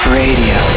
radio